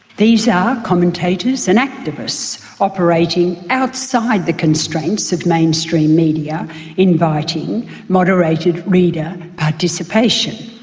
these are commentators and activists operating outside the constraints of mainstream media inviting moderated reader participation.